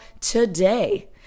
today